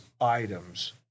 items